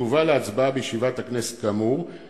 "תובא להצבעה בישיבת הכנסת כאמור בפסקה (1),